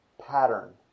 pattern